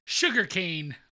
sugarcane